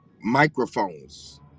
microphones